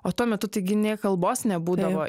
o tuo metu taigi nė kalbos nebūdavo